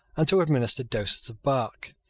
and to administer doses of bark.